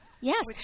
yes